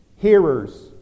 hearers